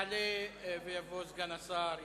יעלה ויבוא סגן השר כהן,